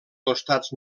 costats